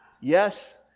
Yes